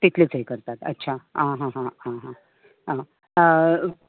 तितलेंच हें करता अच्छा हां हां हां आं आं